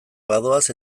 badoaz